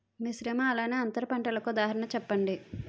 మిశ్రమ అలానే అంతర పంటలకు ఉదాహరణ చెప్పండి?